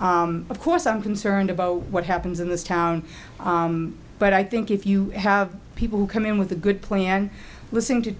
of course i'm concerned about what happens in this town but i think if you have people who come in with a good plan listening to